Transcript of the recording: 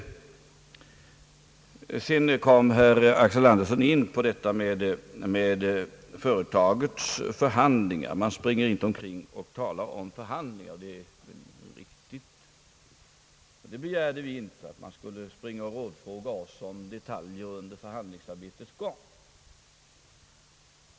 Sedan kom herr Axel Andersson in på frågan om företagets förhandlingar. Det är riktigt att man inte springer omkring och talar om förhandlingar. Vi begärde inte att man skulle springa och rådfråga oss om detaljer under förhandlingsarbetets gång.